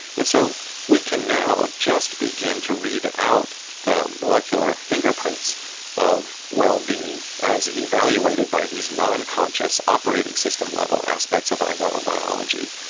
and so we can now just begin to read out the molecular fingerprints of well-being as evaluated by these non-conscious operating system level aspects of our neural biology,